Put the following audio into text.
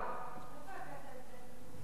מאיפה הבאת את זה?